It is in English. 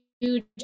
huge